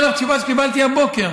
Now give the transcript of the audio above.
אני אומר לך תשובה שקיבלתי הבוקר.